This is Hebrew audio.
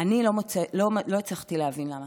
אני לא הצלחתי להבין למה.